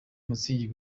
mutzig